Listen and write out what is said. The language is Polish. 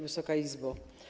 Wysoka Izbo!